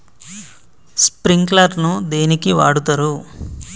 Sprinkler ను దేనికి వాడుతరు?